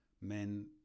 men